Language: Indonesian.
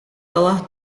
telah